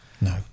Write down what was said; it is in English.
No